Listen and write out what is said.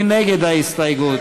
מי נגד ההסתייגות?